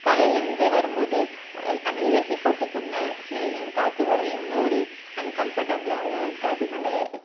காலேஜிலேருந்து வரும்போது அந்த ஏசி போட்டு தூங்கினா சில்லுன்னு காற்று வரும் எந்த ஒரு அன்கம்ஃபர்டபுளாகவும் இருக்காது நல்ல